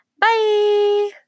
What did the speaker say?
Bye